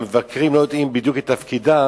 המבקרים לא יודעים בדיוק את תפקידם